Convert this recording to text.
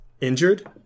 injured